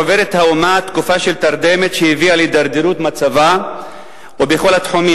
עוברת האומה תקופה של תרדמת שהביאה להידרדרות מצבה ובכל התחומים,